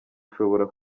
ushobora